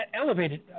elevated